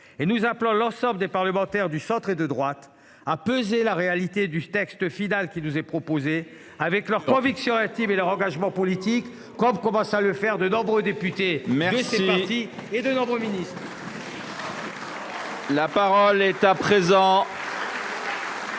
et nous appelons l’ensemble des parlementaires du centre et de la droite à peser la réalité du texte final qui nous est proposé, avec leurs convictions intimes et leur engagement politique, comme commencent à le faire de nombreux députés de ces partis et de nombreux ministres. La parole est à M.